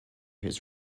his